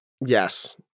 Yes